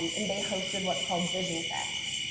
and they hosted what's called vision fest.